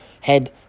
head